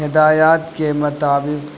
ہدایات کے مطابق